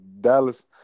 Dallas